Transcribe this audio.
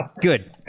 Good